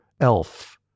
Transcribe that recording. elf